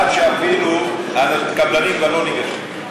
עד שאפילו הקבלנים כבר לא ניגשים.